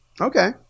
Okay